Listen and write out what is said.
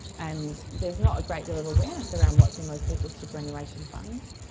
and there's not a great deal of awareness around what's in most people's superannuation funds.